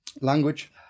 Language